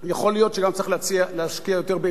יכול להיות שגם צריך להשקיע יותר באמצעים